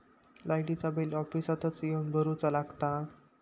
लाईटाचा बिल ऑफिसातच येवन भरुचा लागता?